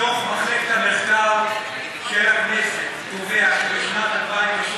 דוח מחלקת המחקר והמידע של הכנסת קובע שבשנת 2013